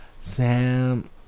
Sam